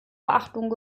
beachtung